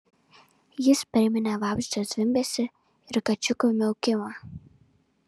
jis priminė vabzdžio zvimbesį ir kačiuko miaukimą